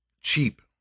cheap